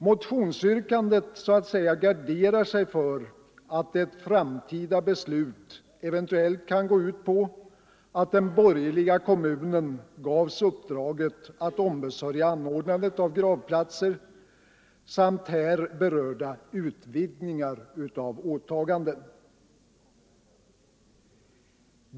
Motionsyrkandet garderar sig så att säga för att ett framtida beslut eventuellt kan gå ut på att den borgerliga kommunen ges uppdraget att Nr 117 Torsdagen den åtagandena.